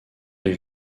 les